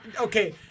Okay